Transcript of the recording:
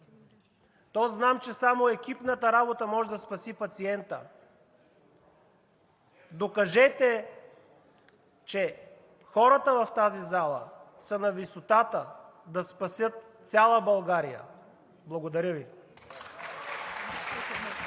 то знам, че само екипната работа може да спаси пациента. Докажете, че хората в тази зала са на висотата да спасят цяла България. Благодаря Ви.